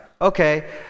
okay